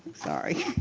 sorry.